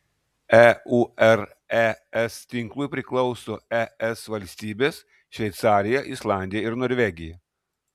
eures tinklui priklauso es valstybės šveicarija islandija ir norvegija